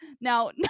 Now